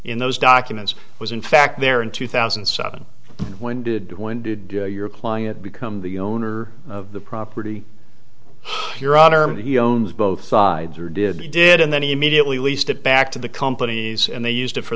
in those documents was in fact there in two thousand and seven when did when did your client become the owner of the property your honor and he owns both sides or did did and then he immediately leased it back to the companies and they used it for